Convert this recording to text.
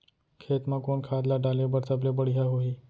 खेत म कोन खाद ला डाले बर सबले बढ़िया होही?